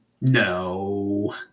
no